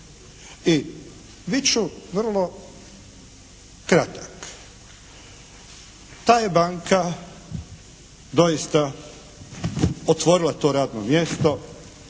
I bit ću vrlo kratak. Ta je banka doista otvorila to radno mjesto.